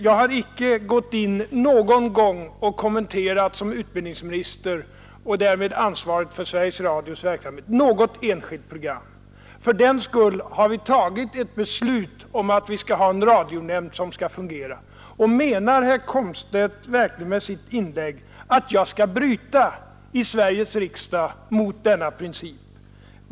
Jag har icke någon gång som utbildningsminister och därmed ansvarig för Sveriges Radios verksamhet gått in och kommenterat något enskilt program. Vi har tagit ett beslut om att vi skall ha en radionämnd som skall fungera för det ändamålet. Menar herr Komstedt med sitt inlägg verkligen att jag i Sveriges riksdag skall bryta mot denna princip?